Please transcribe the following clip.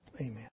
Amen